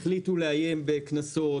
החליטו לאיים בקנסות,